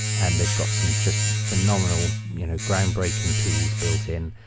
and they've got some just phenomenal you know groundbreaking tools built-in.